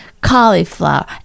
cauliflower